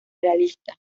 realista